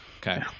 Okay